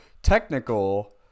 technical